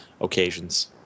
occasions